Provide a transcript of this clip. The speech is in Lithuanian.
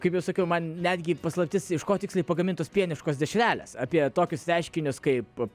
kaip jau sakiau man netgi paslaptis iš ko tiksliai pagamintos pieniškos dešrelės apie tokius reiškinius kaip